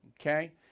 Okay